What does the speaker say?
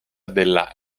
della